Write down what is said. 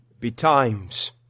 betimes